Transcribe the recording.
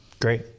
Great